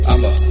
I'ma